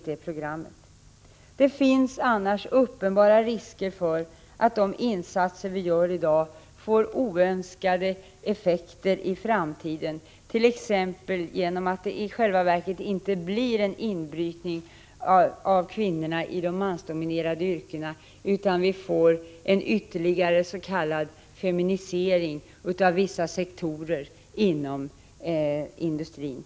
Det finns annars uppenbara risker för att de insatser vi gör i dag får oönskade effekter i framtiden, t.ex. så att kvinnorna i själva verket inte gör en inbrytning i de mansdominerade yrkena utan att det blir en ytterligare s.k. feminisering av vissa sektorer inom industrin.